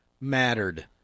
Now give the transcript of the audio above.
mattered